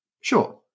Sure